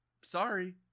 sorry